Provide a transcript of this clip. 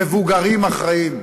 מבוגרים אחראיים.